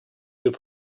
would